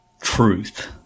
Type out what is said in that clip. truth